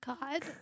God